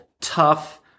tough